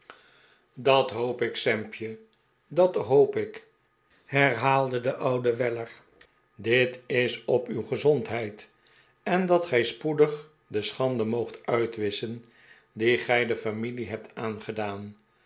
dat hoop ik sampje dat hoop ik hernam de oude weller dit is op uw gezondheid en dat gij spoedig de schande moogt uitwisschen die gij de familie hebt aangedaan